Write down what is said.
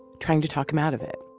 trying to talk him out of it.